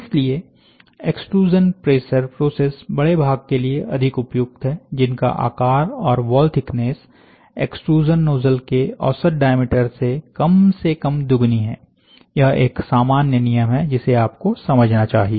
इसलिए extrusion pressure process बड़े भाग के लिए अधिक उपयुक्त हैं जिनका आकार और वॉल थिकनेस एक्सट्रूजन नोजल के औसत डायामीटर से कम से कम दुगुनी हैं यह एक सामान्य नियम है जिसे आप को समझना चाहिए